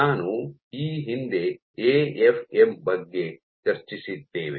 ನಾವು ಈ ಹಿಂದೆ ಎಎಫ್ಎಂ ಬಗ್ಗೆ ಚರ್ಚಿಸಿದ್ದೇವೆ